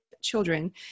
children